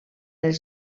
els